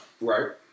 Right